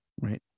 Right